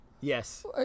Yes